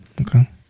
Okay